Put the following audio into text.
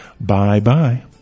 Bye-bye